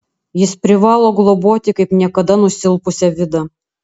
jis privalo globoti kaip niekada nusilpusią vidą